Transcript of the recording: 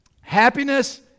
happiness